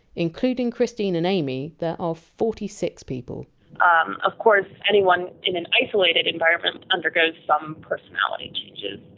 including christine and amy, there are forty six people um of course, anyone in an isolated environment undergoes some personality changes.